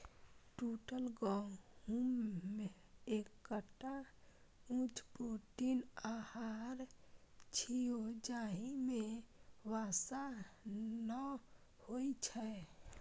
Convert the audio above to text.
टूटल गहूम एकटा उच्च प्रोटीन आहार छियै, जाहि मे वसा नै होइ छै